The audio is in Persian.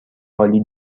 عالی